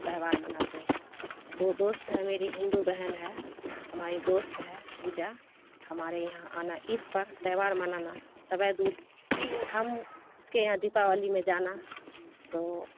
تہوار مناتے ہیں وہ دوست ہے میری ہندو بہن ہے ہماری دوست ہے پوجا ہمارے یہاں آنا عید پر تہوار منانا سیوئی دودھ ہم اس کے یہاں دیپاولی میں جانا تو